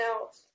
out